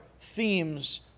themes